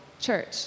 church